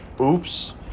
Oops